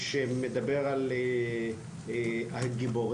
שמדבר על גיבורים,